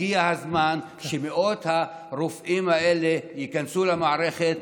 הגיע הזמן שמאות הרופאים האלה ייכנסו למערכת,